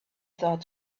thought